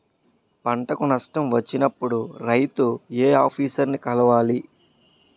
పంటకు నష్టం వచ్చినప్పుడు రైతు ఏ ఆఫీసర్ ని కలవాలి?